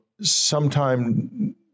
sometime